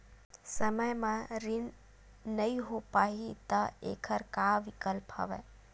समय म ऋण नइ हो पाहि त एखर का विकल्प हवय?